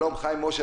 שלום, חיים משה.